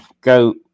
go